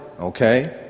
okay